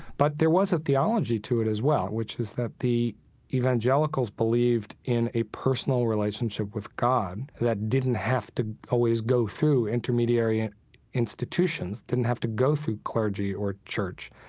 but there was a theology to it as well, which is that the evangelicals believed in a personal relationship with god that didn't have to always go through intermediary institutions, didn't have to go through clergy or church.